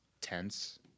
tense